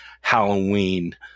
Halloween